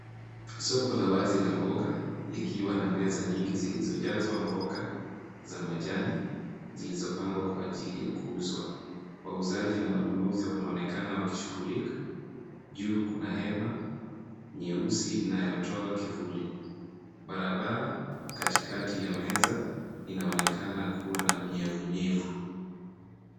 Soko la wazi la mboga likiwa na meza nyingi zilizojazwa mboga za majani zilizopangwa kwa ajili ya kuuzwa. Wauzaji na wanunuzi wanaonekana wakishughulika juu kuna hema nyeusi inayotoa kivuli. Barabara katikati ya meza inaonekana kuwa na unyevunyevu.